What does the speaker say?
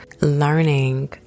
learning